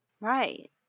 Right